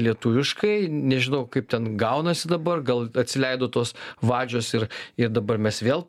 lietuviškai nežinau kaip ten gaunasi dabar gal atsileido tos vadžios ir ir dabar mes vėl